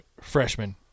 Freshman